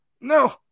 No